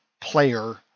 player